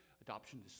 adoption